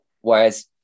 Whereas